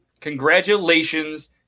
Congratulations